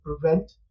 prevent